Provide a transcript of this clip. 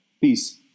Peace